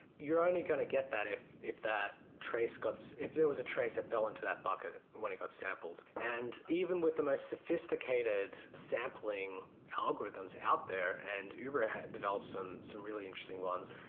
you're only going to get that if if that trace if there was a trace that fell into that bucket when it got samples. and even with the most sophisticated sampling algorithms out there and uber ah developed some some really interesting ones.